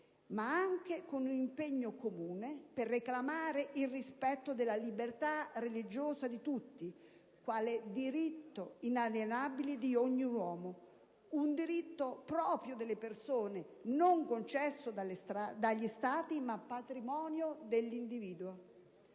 ma anche con un impegno comune per reclamare il rispetto della libertà religiosa di tutti, quale diritto inalienabile di ogni uomo, un diritto proprio delle persone, non concesso dagli Stati, ma patrimonio dell'individuo.